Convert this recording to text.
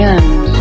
end